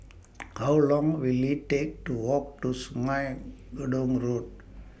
How Long Will IT Take to Walk to Sungei Gedong Road